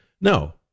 No